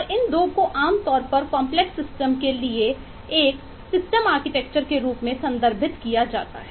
तो इस के साथ अब हम एक कॉम्प्लेक्स सिस्टम के रूप में संदर्भित किया जाता है